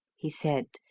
he said,